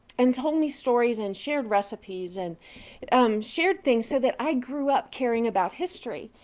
and told me stories and shared recipes and um shared things so that i grew up caring about history.